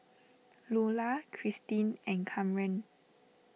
Lulah Cristin and Kamren